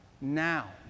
now